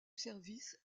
service